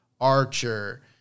Archer